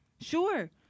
Sure